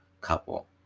couple